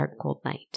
darkcoldnight